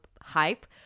hype